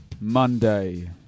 Monday